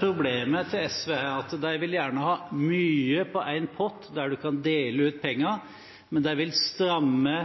Problemet til SV er at de gjerne vil ha mye på én pott, der man kan dele ut pengene, men de vil stramme